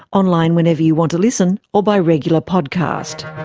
online whenever you want to listen or by regular podcast.